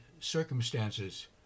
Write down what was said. circumstances